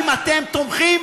תומכים